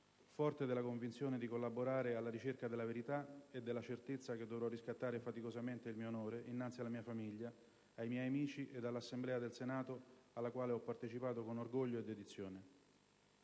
forte della convinzione di collaborare alla ricerca della verità e della certezza che dovrò riscattare faticosamente il mio onore innanzi alla mia famiglia, ai miei amici ed all'Assemblea del Senato alla quale ho partecipato con orgoglio e dedizione.